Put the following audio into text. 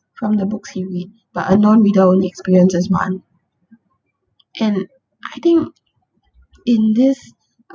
from the books he read but a non-reader only experiences one and I think in this